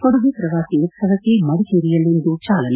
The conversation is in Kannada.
ಕೊಡಗು ಪ್ರವಾಸಿ ಉತ್ಸವಕ್ಕೆ ಮಡಿಕೇರಿಯಲ್ಲಿಂದು ಚಾಲನೆ